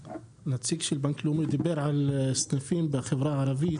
הנציג של בנק לאומי דיבר על סניפים בחברה הערבית,